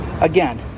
again